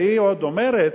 והיא עוד אומרת